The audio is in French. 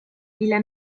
villa